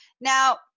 Now